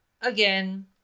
Again